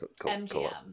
mgm